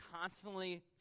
constantly